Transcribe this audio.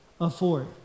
afford